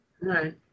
right